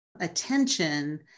attention